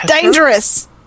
dangerous